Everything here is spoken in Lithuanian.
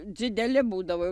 dzideli būdavo